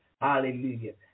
Hallelujah